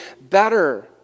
better